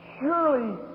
surely